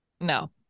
No